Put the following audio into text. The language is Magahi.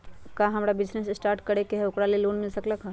हमरा अपन बिजनेस स्टार्ट करे के है ओकरा लेल लोन मिल सकलक ह?